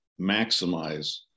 maximize